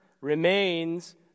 remains